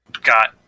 Got